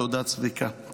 תודה, צביקה.